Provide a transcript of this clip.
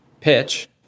Pitch